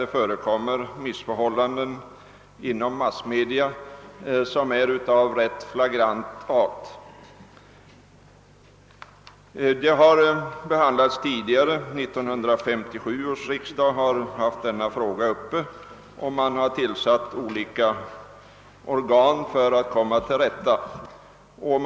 det inom massmedia förekommer rätt flagranta missförhållanden. Saken har behandlats tidigare — den var uppe vid 1967 års riksdag — och olika organ har inrättats för att man skall komma till rätta med missförhållanden.